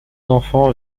enfants